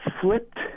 flipped